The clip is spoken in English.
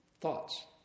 thoughts